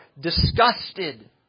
disgusted